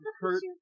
Kurt